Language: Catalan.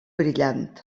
brillant